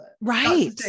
right